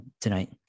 tonight